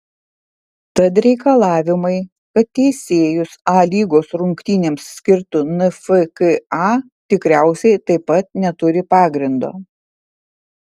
tad reikalavimai kad teisėjus a lygos rungtynėms skirtų nfka tikriausiai taip pat neturi pagrindo